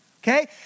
Okay